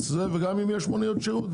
אוטובוס ואם יש מוניות שירות,